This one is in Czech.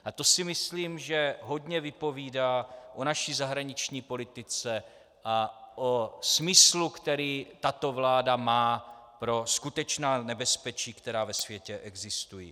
A to si myslím, že hodně vypovídá o naší zahraniční politice a o smyslu, který tato vláda má pro skutečná nebezpečí, která ve světě existují.